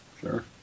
Sure